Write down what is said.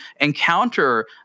encounter